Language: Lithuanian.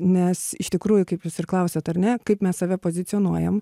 nes iš tikrųjų kaip jūs ir klausėt ar ne kaip mes save pozicionuojam